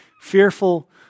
fearful